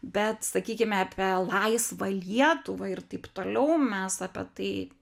bet sakykime apie laisvą lietuvą ir taip toliau mes apie tai